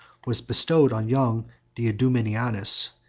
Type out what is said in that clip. was bestowed on young diadumenianus,